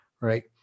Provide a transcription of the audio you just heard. Right